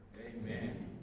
amen